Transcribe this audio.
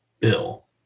Bill